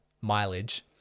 mileage